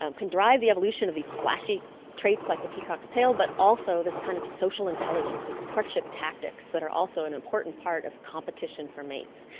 um can drive the evolution of these flashy traits like the peacock's tail, but also this kind of social intelligence, these courtship tactics that are also an important part of competition for mates.